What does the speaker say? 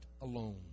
alone